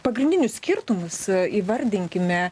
pagrindinius skirtumus įvardinkime